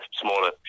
smaller